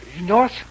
north